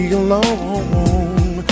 alone